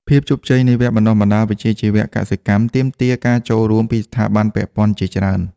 ភាពជោគជ័យនៃវគ្គបណ្តុះបណ្តាលវិជ្ជាជីវៈកសិកម្មទាមទារការចូលរួមពីស្ថាប័នពាក់ព័ន្ធជាច្រើន។